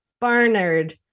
Barnard